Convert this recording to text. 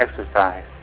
exercise